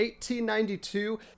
1892